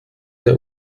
der